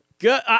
Good